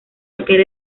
aquel